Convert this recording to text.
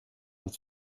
het